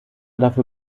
dafür